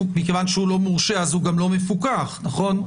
מכיוון שהוא לא מורשה אז הוא גם לא מפוקח, נכון?